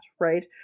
right